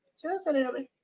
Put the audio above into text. just a little bit.